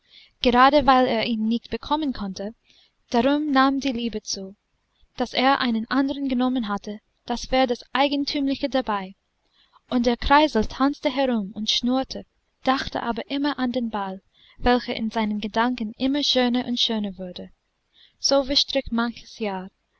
gerade weil er ihn nicht bekommen konnte darum nahm die liebe zu daß er einen andern genommen hatte das war das eigentümliche dabei und der kreisel tanzte herum und schnurrte dachte aber immer an den ball welcher in seinen gedanken immer schöner und schöner wurde so verstrich manches jahr